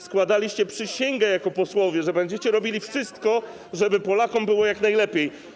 Składaliście przysięgę jako posłowie, że będziecie robili wszystko, żeby Polakom było jak najlepiej.